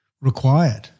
required